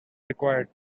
required